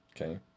Okay